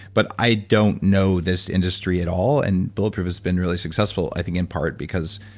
but i don't know this industry at all and bulletproof has been really successful, i think, in part because,